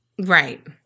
Right